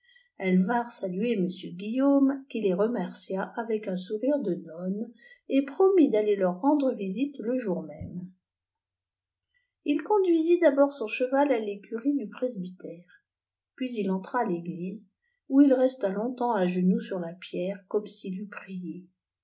elles vinrent saluer m guillaume qui les remercia avec un sourire de nonne et promit d'aller leur rendre visite te jour même il conduisit d'abord son cheval à l'écurie du presbytère puis il entra à l'église oii il resta longtemps à genoux sur la pierre comme s'il eût prié